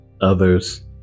others